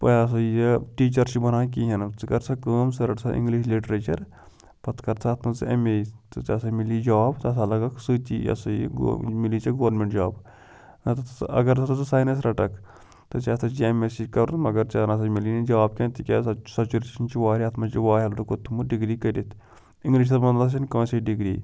یِہِ ہسا یہِ ٹیٖچَر چھُ بَنان کِہیٖنۍ نہٕ ژٕ کَر سا کٲم ژٕ رَٹہٕ سا اِنٛگلِش لِٹریچَر پَتہٕ کَر ژٕ اَتھ منٛز ژٕ ایٚم اے تہٕ ژےٚ ہسا میلی جاب ژٕ ہسا لَگَکھ سۭتی یہِ ہسا یہِ میلی ژےٚ گورمیٚنٛٹ جاب نتہٕ ژٕ اگر ہَسا ژٕ ساینَس رَٹَکھ تہٕ ژےٚ ہسا چھُے ایٚم ایٚس سی کَرُن مگر ژےٚ نہ سا میلی نہٕ جاب کیٚنٛہہ تِکیٛازِ سَچوریشَن چھِ وارِیاہ اَتھ منٛز چھِ وارِیاہو لٔڑکو تھوٚمُت ڈِگری کٔرِتھ اِنٛگلِشَس منٛز نَہ سا چھَنہٕ کٲنٛسے ڈِگری